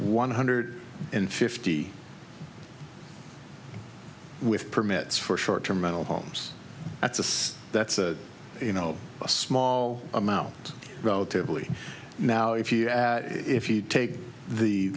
one hundred fifty with permits for short term mental homes that's a that's a you know a small amount relatively now if you if you take the